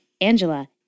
Angela